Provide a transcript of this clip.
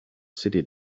city